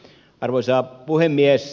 arvoisa puhemies